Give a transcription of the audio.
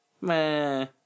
Man